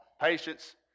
Patience